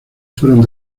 fueron